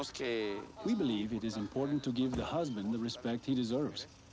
we believe it is important to give the husband the respect he deserves.